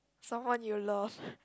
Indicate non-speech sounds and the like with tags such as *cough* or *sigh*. someone you love *breath*